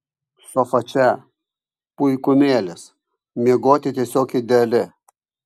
sofa čia puikumėlis miegoti tiesiog ideali